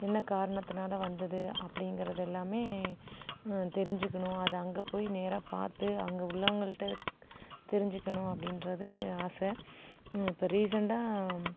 என்ன காரணத்துனால் வந்தது அப்படிங்கிறது எல்லாமே தெரிஞ்சிக்கணும் அது அங்கே போய் நேராக பார்த்து அங்கே உள்ளவங்கள் கிட்ட தெரிஞ்சிக்கணும் அப்படின்றது ஆசை இப்போ ரீசென்ட்டாக